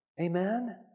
Amen